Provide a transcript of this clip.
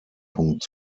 punkt